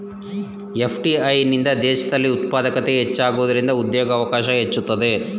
FDI ನಿಂದ ದೇಶದಲ್ಲಿ ಉತ್ಪಾದಕತೆ ಹೆಚ್ಚಾಗುವುದರಿಂದ ಉದ್ಯೋಗವಕಾಶ ಹೆಚ್ಚುತ್ತದೆ